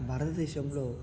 భారతదేశంలో